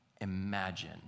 Imagine